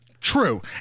True